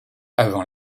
avant